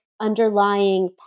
Underlying